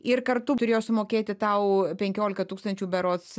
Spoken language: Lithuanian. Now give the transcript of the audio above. ir kartu turėjo sumokėti tau penkiolika tūkstančių berods